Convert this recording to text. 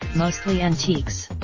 mostly antiques.